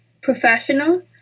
professional